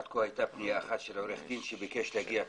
עד כה הייתה פנייה של עורך דין שביקש להגיע פיזית.